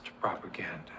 propaganda